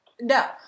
No